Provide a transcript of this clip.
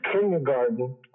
kindergarten